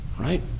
Right